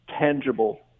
tangible